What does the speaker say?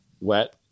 wet